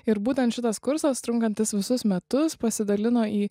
ir būtent šitas kursas trunkantis visus metus pasidalino į